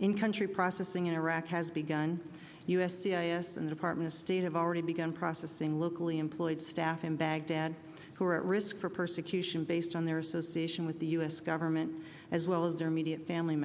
in country processing in iraq has begun u s c i s and department of state have already begun processing locally employed staff in baghdad who are at risk for persecution based on their association with the us government as well as their immediate family